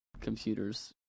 computers